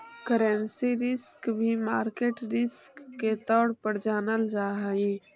currency risk भी market risk के तौर पर जानल जा हई